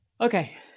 Okay